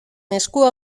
eskua